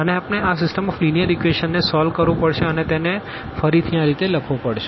અને આપણને આ સીસ્ટમ ઓફ લીનીઅર ઇક્વેશન ને સોલ્વ કરવું પડશે અને તેને ફરી થી આ રીતે લખવું પડશે